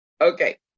okay